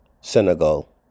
Senegal